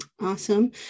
Awesome